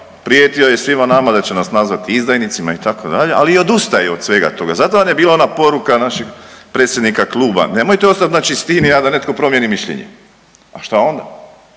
prijetio je svima nama da će nas nazvati izdajnicima itd. ali i odustaje od svega toga. Zato vam je bila ona poruka našeg predsjednika kluba nemojte ostati na čistini, a da netko promijeni mišljenje. A šta onda?